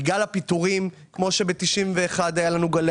כי גם הפיטורים כמו שב-91' היו לנו גלי